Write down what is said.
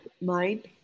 mind